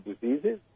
diseases